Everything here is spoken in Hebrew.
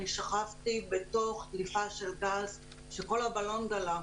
אני שכבתי בתוך דליפה של גז כשכל הבלון דלף.